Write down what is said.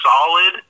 solid